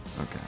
Okay